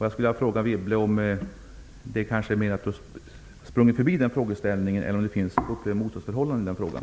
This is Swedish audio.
Jag skulle vilja fråga Anne Wibble om man har sprungit förbi den frågeställningen eller om man upplever ett motsatsförhållande i den frågan.